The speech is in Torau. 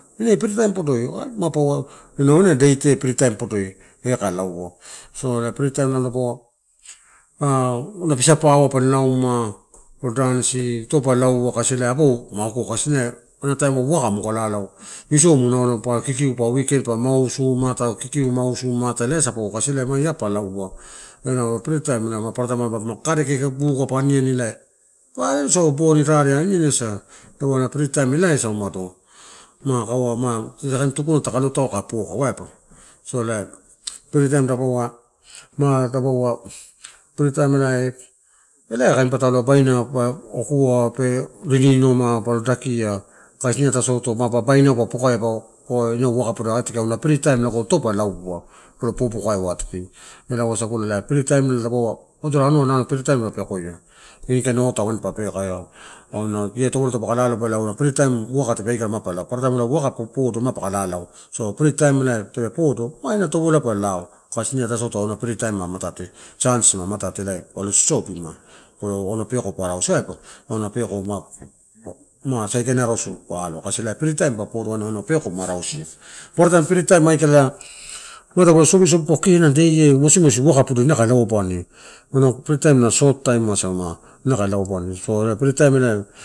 Ine freetime podoi, ela paua inau ena date ehai freetime podoi eh ka laua. Ela freetime nala dapaua, episa paua pala polo danicis ito paua laua kasi ela apo u ta okuo, ena taim uwaka muka lalau. Isou munaulo atororaina pa kikiu pa weekend pa mausu mamata kikiu mausu mamata elasa pa uaeu kasi ma ia pa laua. Ola freetime ma paparataim kakadeke bukuai a aniani ela pa alosau boni raare aniani asa dapaua freetime elaiosa umado. Ma kaua misamisa kain tuku ta alotauna ka poka waiba. So elai freetime dapaua, ma dapaua freetime elai, elakain patalouai baina pa okua pe ririnoma polo dakia, kasi ine ataisauto bainau pa pokaia inau agunu uwaka podoi. Atiki auna freetime logo ito pa laua palo, popo kaeu atiki. Ela wasagula freetime la dapaua, adorola anua freetime dapa pekoia inikain ota wain pa eh kai auna la tovolai taupaka lalauba ela auna freetime uwaka tape aikala ma pa lao paparataim uwaka tape podo ma paka lalau. So freetime la prai podo, ma ena tovolai pa lao, kasi ine ataisauto auna freetime ma matate sans matate ilai palo sosobima. Polo auna peko pa arausia. Auna peko ma sai kain arausu pa alo kasi paparataim freetime aikala ma taupe sosobi ma paua kee. Ena day eh inau uwaka podoi ina kai lauabani aguna freetime na short time asa ina kai lauabani so ela free time ela